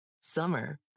summer